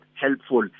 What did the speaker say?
helpful